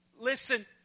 listen